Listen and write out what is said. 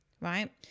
right